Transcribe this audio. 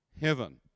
heaven